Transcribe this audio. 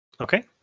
Okay